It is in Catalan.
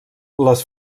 les